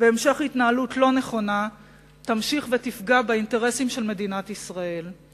והמשך התנהלות לא נכונה תמשיך ותפגע באינטרסים של מדינת ישראל.